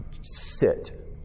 sit